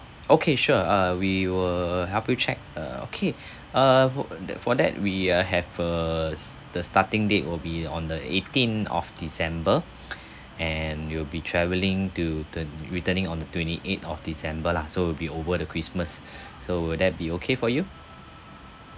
okay sure uh we will help you check err okay uh for that for that we uh have a the starting date will be on the eighteenth of december and you'll be travelling to the returning on the twenty eight of december lah so it'll be over the christmas so will that be okay for you